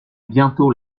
bientôt